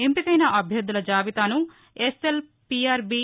ఎంపికైన అభ్యర్థల జాబితాను ఎస్ఎల్పిఆర్బి